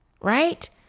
right